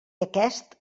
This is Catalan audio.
aquest